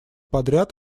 подряд